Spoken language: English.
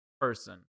person